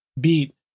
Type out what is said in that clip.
beat